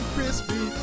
Crispy